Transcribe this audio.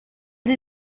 sie